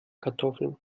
kartoffeln